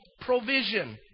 provision